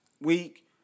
week